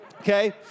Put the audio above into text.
okay